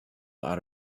out